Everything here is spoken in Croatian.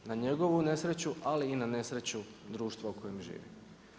Na njegovu nesreću ali i na nesreću društva u kojem živimo.